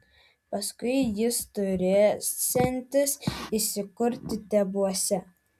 paskui jis turėsiantis įsikurti tebuose